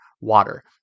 water